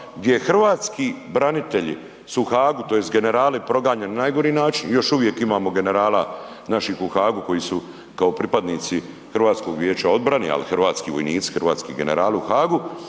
gdje hrvatski branitelji su u Haagu tj. generali proganjani na najgori način, još uvijek imamo generala napih u Haagu koji su kao pripadnici HVO-a ali hrvatski vojnici, hrvatski generali u Haagu,